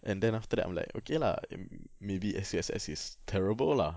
and then after that I'm like okay lah maybe S_U_S_S is terrible lah